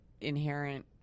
inherent